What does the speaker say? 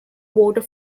voter